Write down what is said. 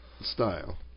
style